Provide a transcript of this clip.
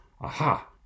aha